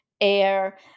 air